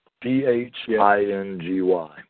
P-H-I-N-G-Y